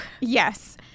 Yes